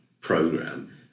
program